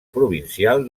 provincial